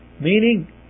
meaning